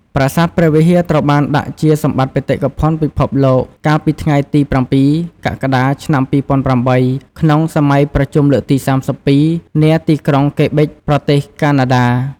ប្រាសាទព្រះវិហារ ត្រូវបានដាក់ជាសម្បត្តិបេតិកភណ្ឌពិភពលោក កាលពីថ្ងៃទី០៧ កក្កដា ឆ្នាំ២០០៨ ក្នុងសម័យប្រជុំលើកទី៣២ នាទីក្រុងកេប៊ិច ប្រទេសកាណាដា។។